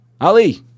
Ali